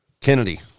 Kennedy